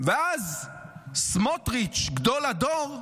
ואז סמוטריץ', גדול הדור,